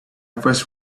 first